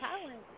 talent